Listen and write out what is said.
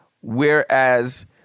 whereas